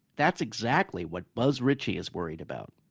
that's exactly what buzz ritchie is worried about.